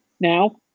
now